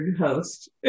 host